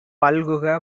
பல்குக